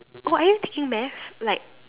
oh are you taking math like